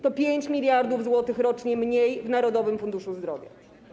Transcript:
To 5 mld zł rocznie mniej w Narodowym Funduszu Zdrowia.